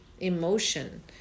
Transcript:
emotion